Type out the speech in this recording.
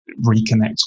reconnect